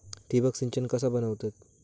ठिबक सिंचन कसा बनवतत?